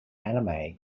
anime